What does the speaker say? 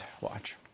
Watch